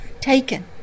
Taken